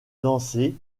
danser